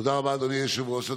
תודה רבה, אדוני היושב-ראש.